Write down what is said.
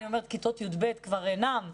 כיתות י"ב כבר אינם,